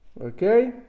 Okay